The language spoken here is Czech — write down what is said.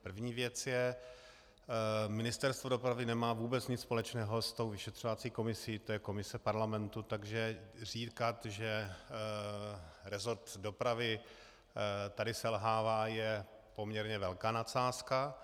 První věc je: Ministerstvo dopravy nemá vůbec nic společného s tou vyšetřovací komisí, to je komise parlamentu, takže říkat, že resort dopravy tady selhává, je poměrně velká nadsázka.